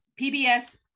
PBS